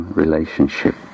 relationship